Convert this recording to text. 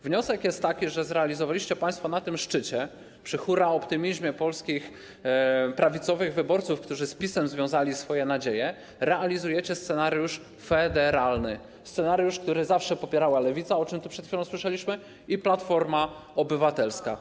Wniosek jest taki, że zrealizowaliście państwo na tym szczycie, przy hurraoptymizmie polskich prawicowych wyborców, którzy z PiS-em związali swoje nadzieje, scenariusz federalny, scenariusz, który zawsze popierały Lewica, o czym tu przed chwilą słyszeliśmy, i Platforma Obywatelska.